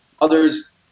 others